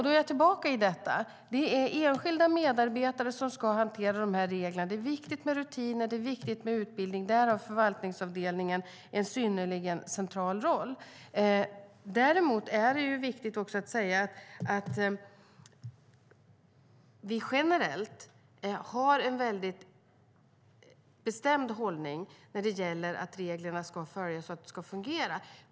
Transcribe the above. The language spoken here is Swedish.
Då är jag tillbaka till att det är enskilda medarbetare som ska hantera reglerna. Det är viktigt med rutiner och med utbildning. Där har förvaltningsavdelningen en synnerligen central roll. Vi har generellt en väldigt bestämd hållning, att reglerna ska följas och att det ska fungera.